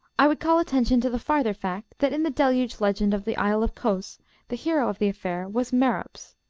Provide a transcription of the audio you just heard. i would call attention to the farther fact that in the deluge legend of the isle of cos the hero of the affair was merops.